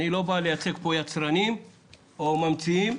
אני לא בא לייצג פה יצרנים או ממציאים.